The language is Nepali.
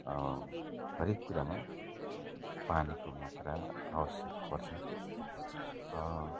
हरेक कुरामा पानीको मात्रा आवश्यक पर्छ